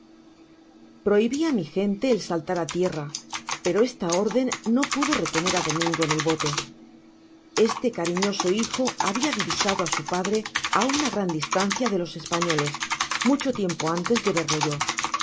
prohibi á mi gente el saltar á tierra pero esta orden no pudo retener á domingo en el bote este cariñoso hijo habia divisado á su padre á una gran distancia de los españoles mucho tiempo antes de verlo yo